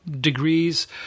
degrees